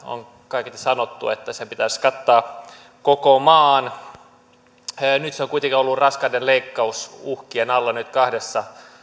on kaiketi sanottu että sen pitäisi kattaa koko maa se on kuitenkin ollut raskaiden leikkausuhkien alla nyt kahdessa